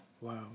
wow